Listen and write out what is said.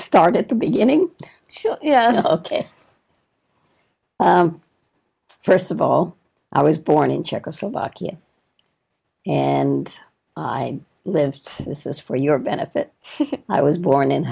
start at the beginning ok first of all i was born in czechoslovakia and i lived this is for your benefit i was born in